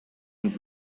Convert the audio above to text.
und